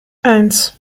eins